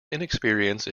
inexperience